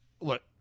Look